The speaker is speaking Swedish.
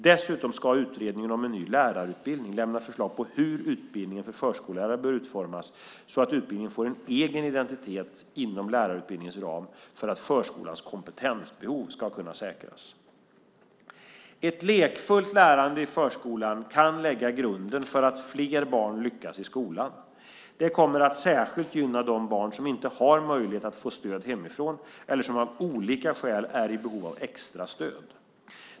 Dessutom ska utredningen om en ny lärarutbildning lämna förslag på hur utbildningen för förskollärare bör utformas så att utbildningen får en egen identitet inom lärarutbildningens ram för att förskolans kompetensbehov ska kunna säkras. Ett lekfullt lärande i förskolan kan lägga grunden för att fler barn lyckas i skolan. Det kommer att särskilt gynna de barn som inte har möjlighet att få stöd hemifrån eller som av olika skäl är i behov av extra stöd.